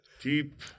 Deep